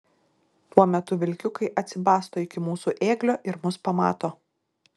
tuo metu vilkiukai atsibasto iki mūsų ėglio ir mus pamato